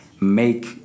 make